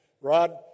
Rod